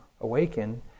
awaken